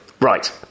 Right